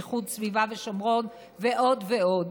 איכות סביבה שומרון ועוד ועוד.